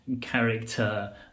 character